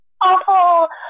awful